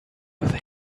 they